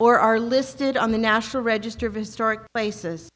or are listed on the national register of historic places